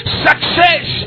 success